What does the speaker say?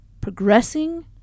progressing